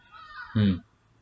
mm